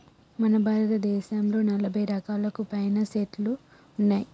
మన భారతదేసంలో నలభై రకాలకు పైనే సెట్లు ఉన్నాయి